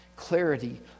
Clarity